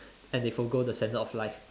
and they forgo the standard of life